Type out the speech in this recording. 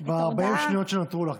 ב-40 השניות שנותרו לך,